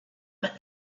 but